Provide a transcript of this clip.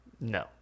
No